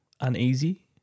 uneasy